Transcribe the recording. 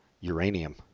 uranium